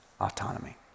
autonomy